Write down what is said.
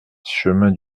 chemin